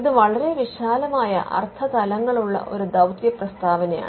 ഇത് വളരെ വിശാലമായ അർത്ഥതലങ്ങളുള്ള ഒരു ദൌത്യ പ്രസ്താവനയാണ്